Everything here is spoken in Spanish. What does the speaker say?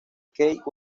keith